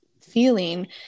feeling